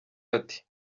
ati